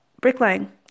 bricklaying